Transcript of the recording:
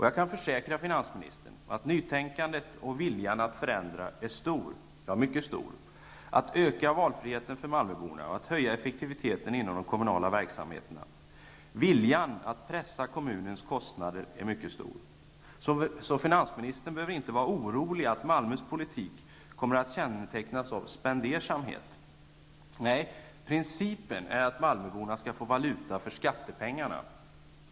Jag kan försäkra finansministern att nytänkandet och viljan att förändra är stor, ja, mycket stor. Det gäller att öka valfriheten för malmöborna och att höja effektiviteten inom de kommunala verksamheterna. Viljan att pressa kommunens kostnader är mycket stor. Så finansministern behöver inte vara orolig för att Malmös politik kommer att kännetecknas av spendersamhet. Nej, principen är att malmöborna skall få valuta för skattepengarna.